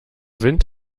wind